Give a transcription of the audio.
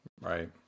Right